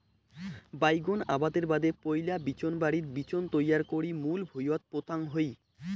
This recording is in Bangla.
বাইগোন আবাদের বাদে পৈলা বিচোনবাড়িত বিচোন তৈয়ার করি মূল ভুঁইয়ত পোতাং হই